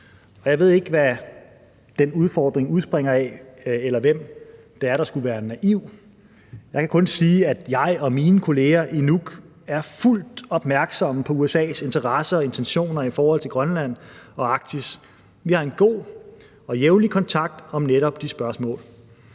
jeg ved ikke, hvad de opfordringer udspringer af, eller hvem det er, der skulle være naiv. Jeg kan kun sige, at jeg og mine kolleger i Nuuk er fuldt opmærksomme på USA's interesser og intentioner i forhold til Grønland og Arktis. Vi har en god og jævnlig kontakt om netop de spørgsmål.